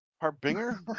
harbinger